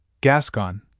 Gascon